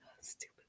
Stupid